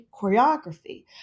choreography